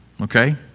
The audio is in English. okay